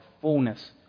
fullness